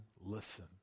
listen